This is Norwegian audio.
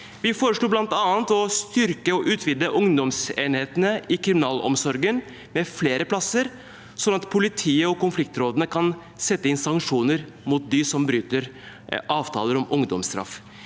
Vi foreslo bl.a. å styrke og utvide ungdomsenhetene i kriminalomsorgen med flere plasser, slik at politiet og konfliktrådene kan sette inn sanksjoner mot dem som bryter avtaler om ungdomsstraff.